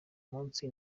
munsi